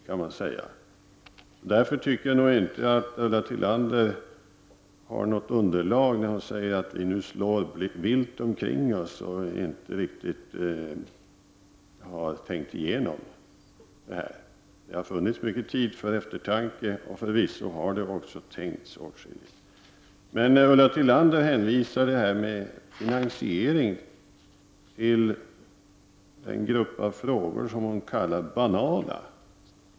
Jag tycker därför att Ulla Tillander inte har något underlag för att säga att regeringen slår vilt omkring sig och inte riktigt har tänkt igenom frågan. Det har funnits mycket tid för eftertanke, och förvisso har det också tänkts åtskilligt. Ulla Tillander hänvisade frågan om finansieringen till den grupp av frågor som hon kallade banala.